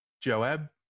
Joab